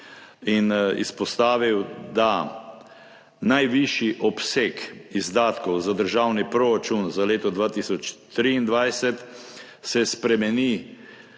in izpostavil, da se najvišji obseg izdatkov za državni proračun za leto 2023 spremeni